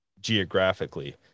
geographically